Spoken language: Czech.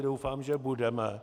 Doufám, že budeme.